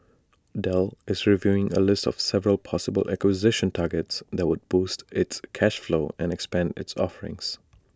Dell is reviewing A list of several possible acquisition targets that would boost its cash flow and expand its offerings